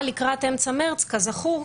אבל לקראת אמצע חודש מארס, כזכור,